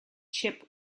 chip